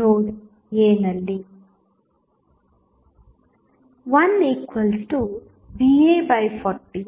ನೋಡ್ a ನಲ್ಲಿ 1 va40va120v010⇒40